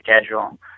schedule